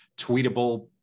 tweetable